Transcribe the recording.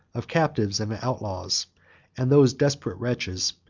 of captives and outlaws and those desperate wretches,